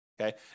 okay